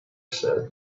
said